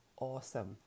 awesome